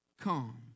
come